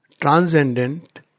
transcendent